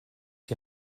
die